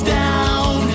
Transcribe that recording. down